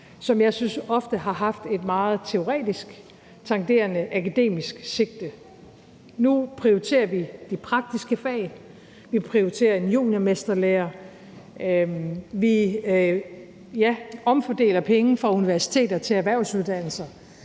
som jeg synes ofte har haft et meget teoretisk tangerende til akademisk sigte. Nu prioriterer vi de praktiske fag. Vi prioriterer en juniormesterlære. Vi omfordeler penge fra universiteter til erhvervsuddannelser.